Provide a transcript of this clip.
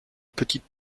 petite